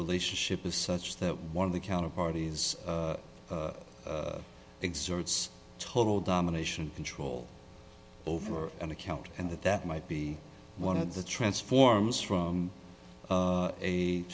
relationship is such that one of the counter parties exerts total domination control over an account and that that might be one of the transforms from